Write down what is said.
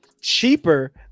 cheaper